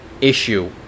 issue